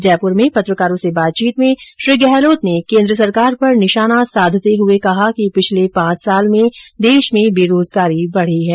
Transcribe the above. जयपूर में पत्रकारों से बातचीत में श्री गहलोत ने केंद्र सरकार पर निशाना साधते हुए कहा कि पिछले पांच साल में देष में बेरोजगारी बढी है